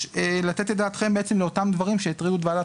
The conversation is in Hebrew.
לתת את דעתכם לאותם דברים שהטרידו את ועדת